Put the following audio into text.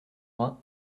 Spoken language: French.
vingt